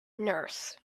nurse